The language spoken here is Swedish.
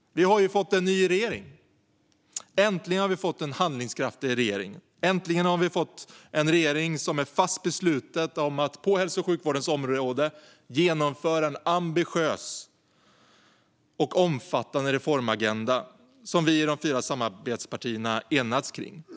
Vi har ju fått en ny regering. Äntligen har vi fått en handlingskraftig regering. Äntligen har vi fått en regering som är fast besluten att på hälso och sjukvårdens område genomföra en ambitiös och omfattande reformagenda som vi i de fyra samarbetspartierna har enats om.